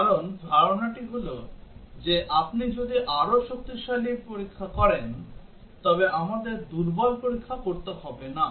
কারণ ধারণাটি হল যে আপনি যদি আরও শক্তিশালী পরীক্ষা করেন তবে আমাদের দুর্বল পরীক্ষা করতে হবে না